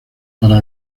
para